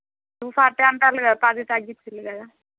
two forty అంటారు కదా పది తగ్గించరు కదా